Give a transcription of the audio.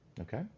Okay